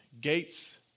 Gates